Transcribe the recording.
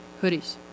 hoodies